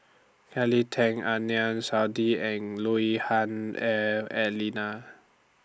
Kelly Tang Adnan Saidi and Lui Hah Elena